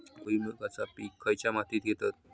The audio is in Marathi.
भुईमुगाचा पीक खयच्या मातीत घेतत?